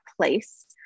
place